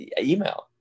email